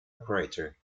operator